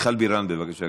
מיכל בירן, בבקשה,